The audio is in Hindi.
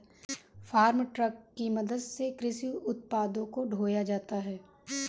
फार्म ट्रक की मदद से कृषि उत्पादों को ढोया जाता है